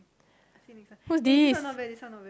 who's this